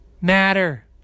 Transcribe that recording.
matter